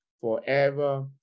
forever